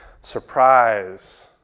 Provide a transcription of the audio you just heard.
surprise